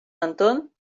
anton